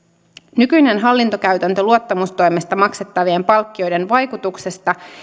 nykyinen hallintokäytäntö luottamustoimesta maksettavien palkkioiden vaikutuksesta